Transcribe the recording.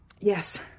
Yes